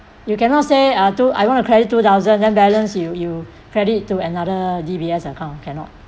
you cannot say uh two I want to credit two thousand then balance you you credit to another D_B_S account cannot